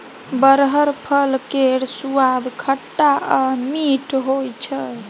बरहर फल केर सुआद खट्टा आ मीठ होइ छै